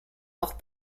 auch